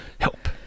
help